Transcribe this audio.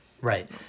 Right